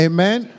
Amen